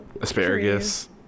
Asparagus